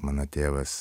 mano tėvas